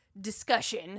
discussion